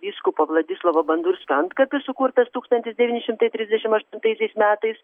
vyskupo vladislovo bandurskio antkapis sukurtas tūkstantis devyni šimtai trisdešimt aštuntaisiais metais